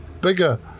bigger